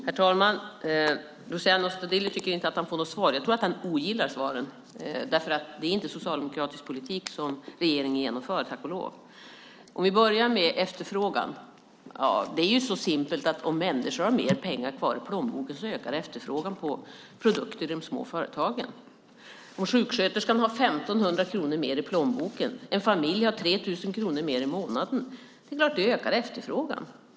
Herr talman! Luciano Astudillo tycker inte att han får något svar. Jag tror att han ogillar svaren. Det är inte socialdemokratisk politik som regeringen genomför, tack och lov. Vi kan börja med efterfrågan. Det är ju så simpelt att om människor har mer pengar kvar i plånboken ökar efterfrågan på produkter i de små företagen. Om en sjuksköterska har 1 500 kronor mer i plånboken och om en familj har 3 000 kronor mer i månaden ökar det naturligtvis efterfrågan.